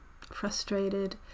frustrated